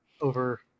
over